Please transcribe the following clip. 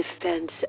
defense